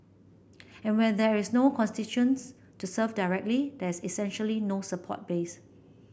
and when there is no constitutions to serve directly there is essentially no support base